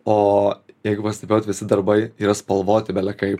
o jeigu pastebėjot visi darbai yra spalvoti belekaip